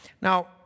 Now